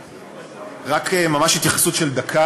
רק ממש התייחסות של דקה,